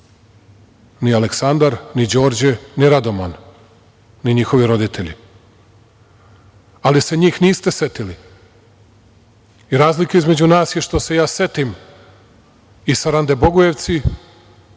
Ni Aleksandar, ni Đorđe, ni Radoman, ni njihovi roditelji, ali niste se njih setili. Razlika između nas je, što se ja setim i Sarande Bogojevci,